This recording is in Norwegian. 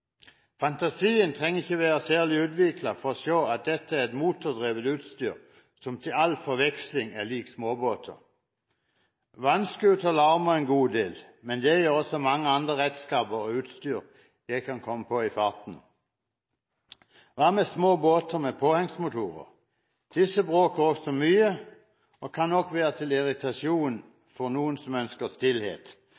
Fantasien trenger ikke være særlig utviklet for å se at dette er et motordrevet utstyr som til all forveksling er lik småbåter. Vannscooter larmer en god del, men det gjør også mange andre redskaper og utstyr som jeg kan komme på i farten. Hva med små båter med påhengsmotorer? Disse bråker også mye og kan nok være til irritasjon